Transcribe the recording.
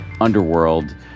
underworld